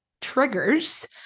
triggers